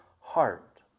heart